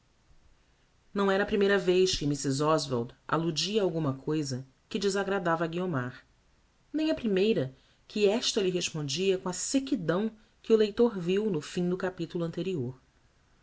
não era a primeira vez que mrs oswald alludia a alguma cousa que desagradava a guiomar nem a primeira que esta lhe respondia com a sequidão que e leitor viu no fim do capitulo anterior